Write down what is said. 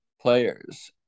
players